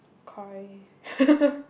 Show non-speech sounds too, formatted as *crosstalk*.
Koi *laughs*